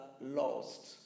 lost